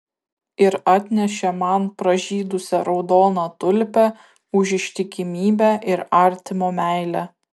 ir atnešė man pražydusią raudoną tulpę už ištikimybę ir artimo meilę